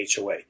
HOA